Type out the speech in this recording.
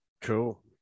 Cool